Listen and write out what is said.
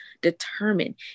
determined